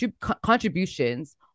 contributions